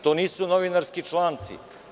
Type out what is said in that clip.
To nisu novinarski članci.